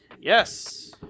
yes